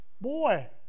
Boy